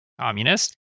communist